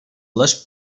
les